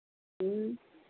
ह्म्म